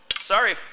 sorry